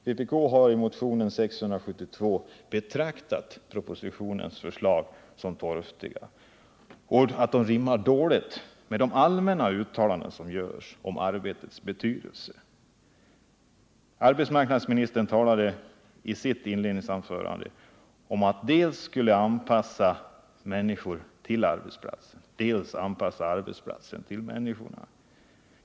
Vpk har i motionen 672 betraktat propositionens förslag som torftiga och ansett att de rimmar dåligt med de allmänna uttalanden som görs om arbetets betydelse. Arbetsmarknadsministern talade i sitt inledningsanförande om att dels skall människor anpassas till arbetsplatsen, dels skall arbetsplatsen anpassas till människorna.